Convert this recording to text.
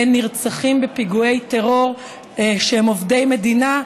בקרב נרצחים בפיגועי טרור שהם עובדי מדינה,